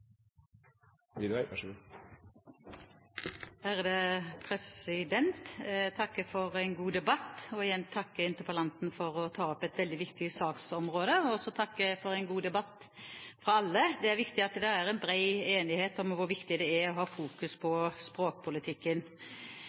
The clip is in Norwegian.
vi har sett veldig lite av i praktisk politikk. Jeg takker alle for en god debatt og takker igjen interpellanten for å ta opp et veldig viktig saksområde. Det er viktig at det er bred enighet om hvor viktig det er å fokusere på språkpolitikken